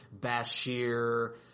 Bashir